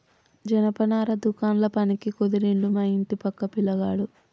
జనపనార దుకాండ్ల పనికి కుదిరిండు మా ఇంటి పక్క పిలగాడు